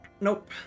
Nope